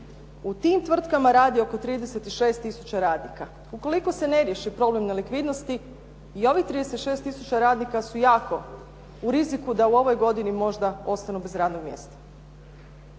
U tim tvrtkama radi oko 36 tisuća radnika. Ukoliko se ne riješi problem nelikvidnosti i ovih 36 tisuća radnika su jako u riziku da u ovoj godini možda ostanu bez radnog mjesta.